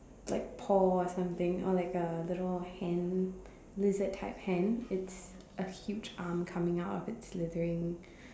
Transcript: like paw or something or like a little hand lizard type hand it's a huge arm coming out of its slithering